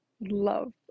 love